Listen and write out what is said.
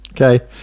Okay